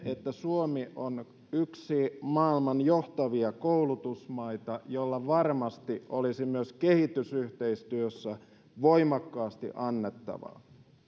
että suomi on yksi maailman johtavia koulutusmaita joilla varmasti olisi myös kehitysyhteistyössä voimakkaasti annettavaa